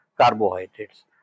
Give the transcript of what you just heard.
carbohydrates